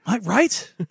Right